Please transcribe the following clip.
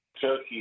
Turkey